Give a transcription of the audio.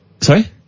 Sorry